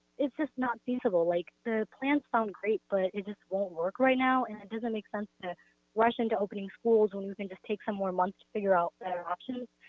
it's just not feasible. like, the plans sound great, but it just won't work right now. and it doesn't make sense to rush into opening schools when you can just take some more months to figure out better options.